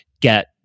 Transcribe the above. get